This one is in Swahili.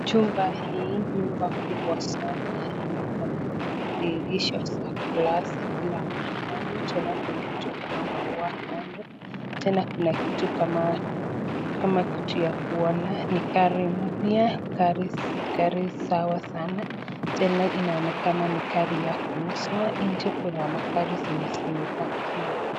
Chumba hii, nyumba kubwa sana yenye iko na dirisha za glasi kila mahali , tena kuna kitu kama maua kando , tena kuna kitu kama , kama ya kuona ni gari mpya, gari sawa sana. Tena inaonekana ni gari ya kuuzwa, nje kuna magari zimepakiwa.